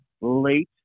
late